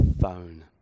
phone